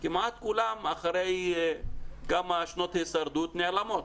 כמעט כולם אחרי כמה שנות הישרדות נעלמות,